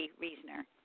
Reasoner